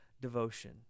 devotion